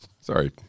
sorry